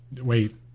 Wait